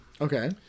Okay